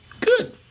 Good